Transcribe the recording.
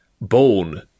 bone